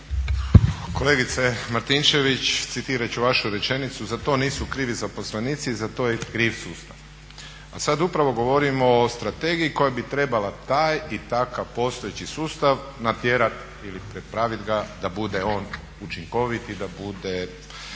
Kolegice Martinčević, citirat ću vašu rečenicu: "Za to nisu krivi zaposlenici, za to je kriv sustav". A sad upravo govorimo o strategiji koja bi trebala taj i takav postojeći sustav natjerat ili prepravit ga da bude on učinkovit i da bude